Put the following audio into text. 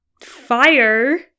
fire